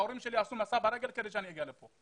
ההורים שלי עשו מסע ברגל כדי שנגיע לכאן.